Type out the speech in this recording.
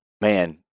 man